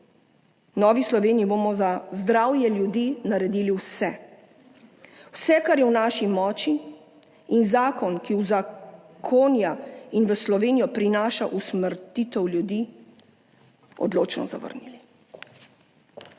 Novi Sloveniji bomo za zdravje ljudi naredili vse, vse, kar je v naši moči, in zakon, ki uzakonja in v Slovenijo prinaša usmrtitev ljudi, odločno zavrnili.